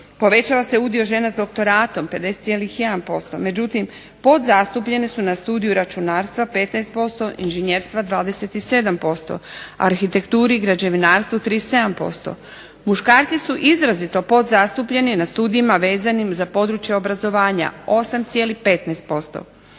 Povećava se udio žena s doktoratom, 50,1%, međutim podzastupljene su na studiju računarstva 15%, inženjerstva 27%, arhitekturi i građevinarstvu 37%. Muškarci su izrazito podzastupljeni na studijima vezanim za područje obrazovanja 8,15%.